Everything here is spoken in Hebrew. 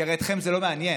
כי הרי אתכם זה לא מעניין.